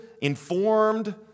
informed